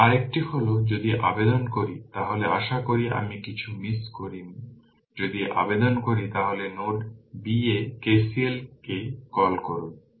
এখন আরেকটি হল যদি আবেদন করি তাহলে আশা করি আমি কিছু মিস করিনি যদি আবেদন করি তাহলে নোড b এ KCL কে কল করুন